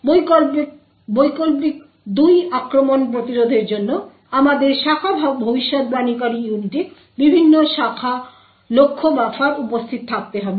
বৈকল্পিক 2 আক্রমণ প্রতিরোধ করার জন্য আমাদের শাখা ভবিষ্যদ্বাণীকারী ইউনিটে বিভিন্ন শাখা লক্ষ্য বাফার উপস্থিত থাকতে হবে